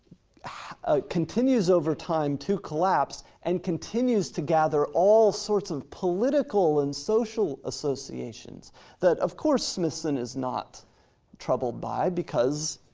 ah continues over time to collapse and continues to gather all sorts of political and social associations that of course smithson is not troubled by, because